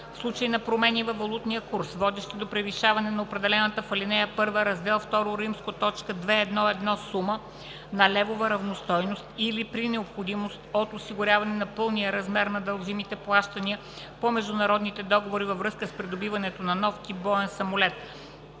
В случай на промени във валутния курс, водещи до превишаване на определената в ал. 1, раздел ІІ, т. 2.1.1 сума в левова равностойност, или при необходимост от осигуряване на пълния размер на дължимите плащания по международните договори във връзка с придобиването на нов тип боен самолет,